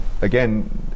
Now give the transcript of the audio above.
again